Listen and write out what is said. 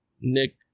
nick